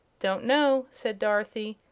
don't know, said dorothy,